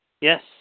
Yes